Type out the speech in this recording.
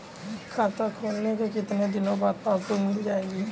खाता खोलने के कितनी दिनो बाद पासबुक मिल जाएगी?